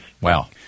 Wow